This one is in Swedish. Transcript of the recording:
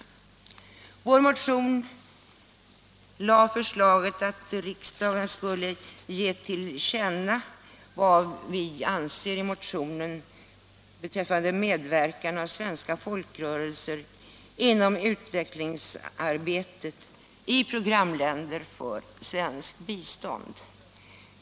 I vår motion föreslås att riksdagen skall ge regeringen till känna vad som har anförts i motionen beträffande medverkan av svenska folkrörelser inom utvecklingsarbetet i programländer för svenskt bistånd.